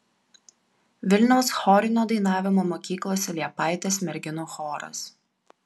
vilniaus chorinio dainavimo mokyklos liepaitės merginų choras